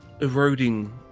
eroding